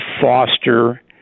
foster